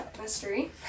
mystery